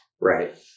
right